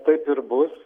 taip ir bus